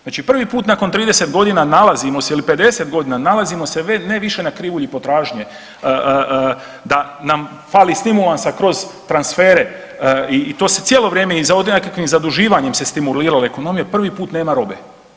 Znači prvi put nakon 30 godina nalazimo se ili 50 godina, nalazimo se ne više na krivulji potražnje da nam fali stimulansa kroz transfere i to se cijelo vrijeme i ovdje nekim zaduživanjem se stimulirala ekonomija, prvi put nema robe.